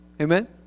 Amen